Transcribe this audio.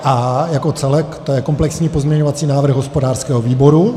A jako celek, to je komplexní pozměňovací návrh hospodářského výboru.